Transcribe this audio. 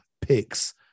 picks